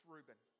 Ruben